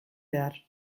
behar